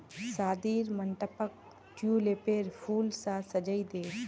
शादीर मंडपक ट्यूलिपेर फूल स सजइ दे